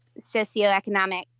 socioeconomic